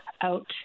out